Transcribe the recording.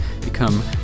become